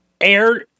Air